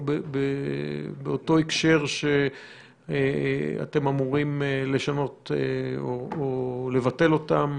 באותו הקשר שאתם אמורים לשנות או לבטל אותם.